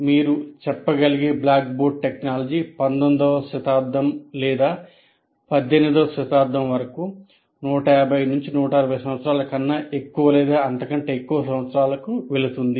మీరు చెప్పగలిగే blackboard technology 19 వ శతాబ్దం లేదా 18 వ శతాబ్దం వరకు 150 160 సంవత్సరాల కన్నా ఎక్కువ లేదా అంతకంటే ఎక్కువ సంవత్సరాలు వెళుతుంది